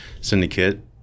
syndicate